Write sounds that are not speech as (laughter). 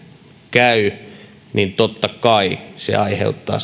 käy niin totta kai se aiheuttaa (unintelligible)